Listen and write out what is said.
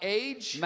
age